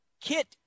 Kit